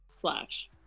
Flash